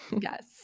Yes